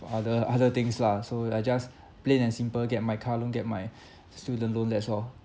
other other things lah so I just plain and simple get my car loan get my student loan that's all